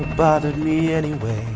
bothered me anyway.